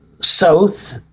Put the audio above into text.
South